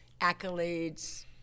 accolades